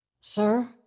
Sir